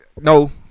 No